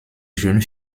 jeunes